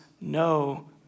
no